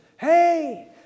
hey